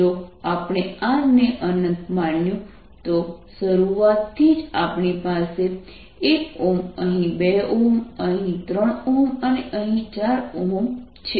જો આપણે R ને અનંત માન્યું તો શરૂઆતથી જ આપણી પાસે 1 અહીં 2 અહીં 3 અને અહીં 4 છે